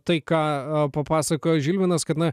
tai ką papasakojo žilvinas kad na